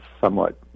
somewhat